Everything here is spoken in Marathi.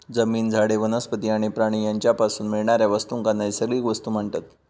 जमीन, झाडे, वनस्पती आणि प्राणी यांच्यापासून मिळणाऱ्या वस्तूंका नैसर्गिक वस्तू म्हणतत